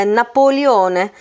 napoleone